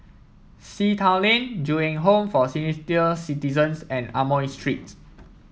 Sea Town Lane Ju Eng Home for Citizens and Amoy Street